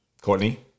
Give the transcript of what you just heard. Courtney